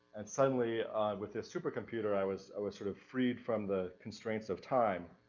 and suddenly with this supercomputer i was, i was sort of freed from the constraints of time.